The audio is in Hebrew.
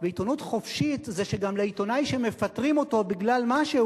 ועיתונות חופשית זה שגם לעיתונאי שמפטרים אותו בגלל משהו,